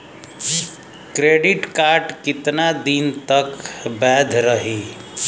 Credit card कितना दिन तक वैध रही?